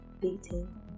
dating